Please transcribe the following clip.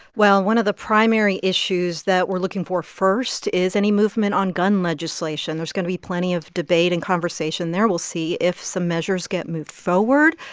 well, one of the primary issues that we're looking for first is any movement on gun legislation. there's going to be plenty of debate and conversation there. we'll see if some measures get moved forward.